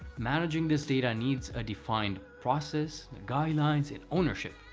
managing this data needs a defined process, the guidelines, and ownership.